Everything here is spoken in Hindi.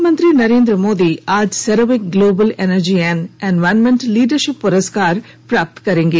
प्रधानमंत्री नरेन्द्र मोदी आज CERAWeek global energy and environment leadership पुरस्कार प्राप्त करेंगे